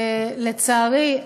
לצערי,